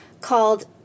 called